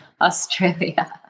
Australia